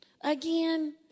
again